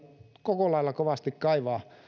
koko lailla kovasti kaivaa